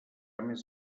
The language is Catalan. més